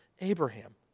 Abraham